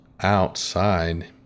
outside